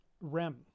rem